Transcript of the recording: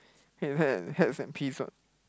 here is hats hats and pins [what]